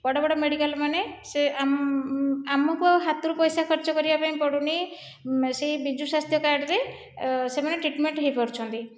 ବଡ଼ ବଡ଼ ମେଡିକାଲମାନେ ସେ ଆମକୁ ଆଉ ହାତରୁ ପଇସା ଖର୍ଚ୍ଚ କରିବାପାଇଁ ପଡ଼ୁନାହିଁ ସେହି ବିଜୁ ସ୍ୱାସ୍ଥ୍ୟ କାର୍ଡ଼୍ରେ ସେମାନେ ଟ୍ରିଟ୍ମେଣ୍ଟ ହୋଇପାରୁଛନ୍ତି